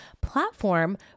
platform